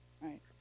Right